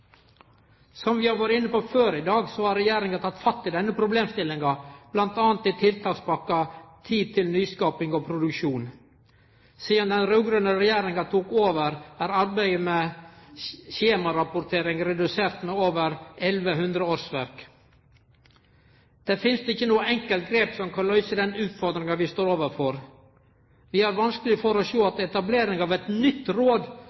Som vi har vore inne på før i dag, har regjeringa teke fatt i denne problemstillinga, bl.a. i tiltakspakka Tid til nyskaping og produksjon. Sidan den raud-grøne regjeringa tok over, er arbeidet med skjemarapportering redusert med over 1 100 årsverk. Det finst ikkje noko enkelt grep som kan løyse den utfordringa vi står overfor. Vi har vanskeleg for å sjå at etablering av eit nytt råd